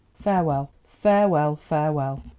farewell, farewell, farewell!